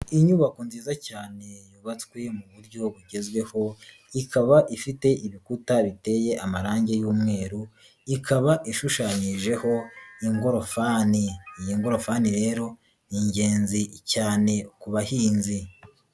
Inyubako nziza cyane yubatswe mu buryo bugezweho, ikaba ifite ibikuta biteye amarangi y'umweru ikaba ishushanyijeho ingorofani, iyi ngorofani rero ni ingenzi cyane kuba bahinzi.